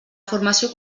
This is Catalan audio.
formació